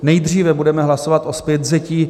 Nejdříve budeme hlasovat o zpětvzetí.